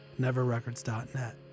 neverrecords.net